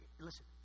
Listen